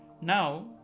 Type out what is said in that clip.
Now